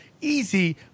easy